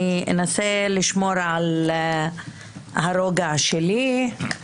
אני אנסה לשמור על הרוגע שלי.